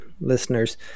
listeners